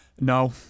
No